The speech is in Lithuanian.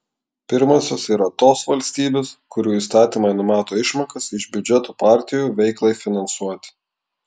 pirmosios yra tos valstybės kurių įstatymai numato išmokas iš biudžeto partijų veiklai finansuoti